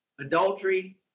adultery